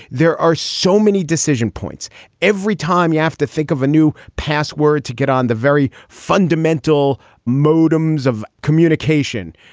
there are so many decision points every time you have to think of a new password to get on the very fundamental modems of communication.